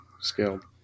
scaled